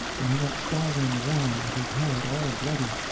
and he went staggering around, with his head all bloody,